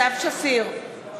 סתיו שפיר,